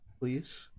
Please